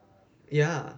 ya